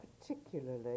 particularly